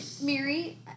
Mary